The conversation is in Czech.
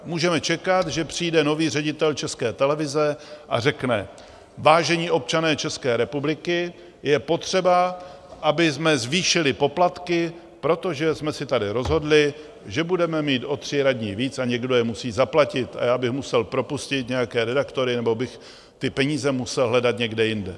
Můžeme čekat, že přijde nový ředitel České televize a řekne: Vážení občané České republiky, je potřeba, abychom zvýšili poplatky, protože jsme si tady rozhodli, že budeme mít o tři radní víc, a někdo je musí zaplatit, a já bych musel propustit nějaké redaktory nebo bych ty peníze musel hledat někde jinde.